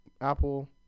Apple